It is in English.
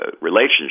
relationship